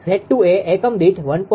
𝑍2 એ એકમ દીઠ 1